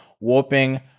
warping